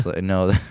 no